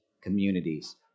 communities